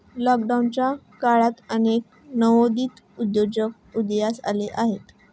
लॉकडाऊनच्या काळात अनेक नवोदित उद्योजक उदयास आले आहेत